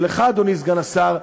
ולך, אדוני סגן השר: